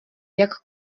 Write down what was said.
jak